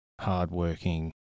hard-working